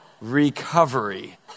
recovery